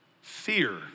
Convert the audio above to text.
Fear